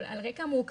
על רק המורכבות,